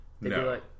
No